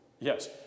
Yes